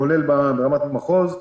כולל ברמת המחוז,